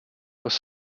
was